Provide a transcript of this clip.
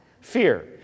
Fear